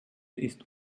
ist